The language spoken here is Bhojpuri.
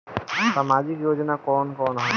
सामाजिक योजना कवन कवन ह?